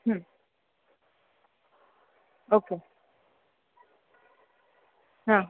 okay हां